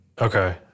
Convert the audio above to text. Okay